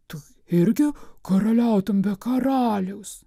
tu irgi karaliautum be karaliaus